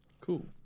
Cool